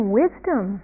wisdom